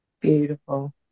Beautiful